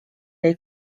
jäi